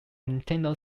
nintendo